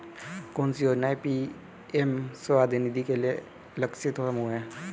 कौन सी योजना पी.एम स्वानिधि के लिए लक्षित समूह है?